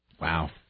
Wow